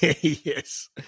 Yes